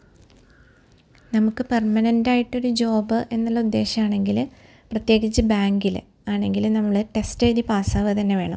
നമുക്ക് പെര്മനൻറ്റായിട്ടൊരു ജോബ് എന്നുള്ള ഉദേശമാണെങ്കിൽ പ്രത്യേകിച്ച് ബാങ്കിൽ ആണെങ്കിൽ നമ്മൾ ടെസ്റ്റെഴ്തി പാസ്സാവുക തന്നെ വേണം